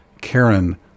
Karen